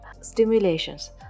stimulations